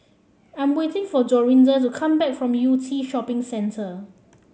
I'm waiting for Dorinda to come back from Yew Tee Shopping Centre